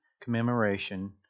commemoration